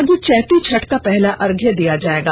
आज चैती छठ का पहला अर्घ्य दिया जाएगा